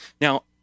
Now